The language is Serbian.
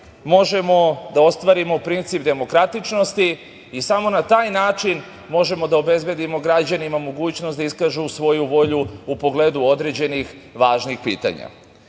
možemo da ostvarimo princip demokratičnosti i samo na taj način možemo da obezbedimo građanima mogućnost da iskažu svoju volju u pogledu određenih važnih pitanja.